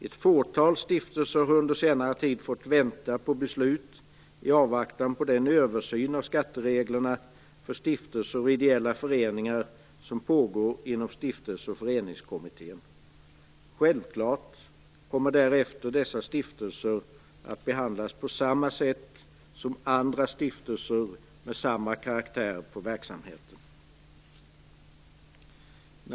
Ett fåtal stiftelser har under senare tid fått vänta på beslut i avvaktan på den översyn av skattereglerna för stiftelser och ideella föreningar som pågår inom Stiftelse och föreningskommittén. Självklart kommer dessa stiftelser att därefter behandlas på samma sätt som andra stiftelser med samma karaktär på verksamheten.